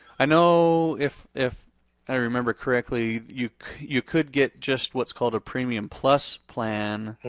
i know if if i remember correctly you you could get just what's called a premium plus plan.